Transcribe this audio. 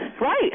Right